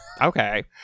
okay